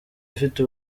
ifite